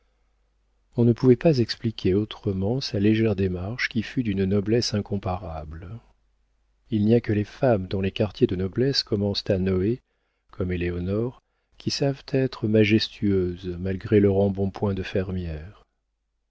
on ne pouvait pas expliquer autrement sa légère démarche qui fut d'une noblesse incomparable il n'y a que les femmes dont les quartiers de noblesse commencent à noé comme éléonore qui savent être majestueuses malgré leur embonpoint de fermière